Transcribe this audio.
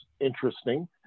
interesting